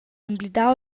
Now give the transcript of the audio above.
emblidau